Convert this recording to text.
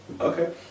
Okay